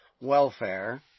welfare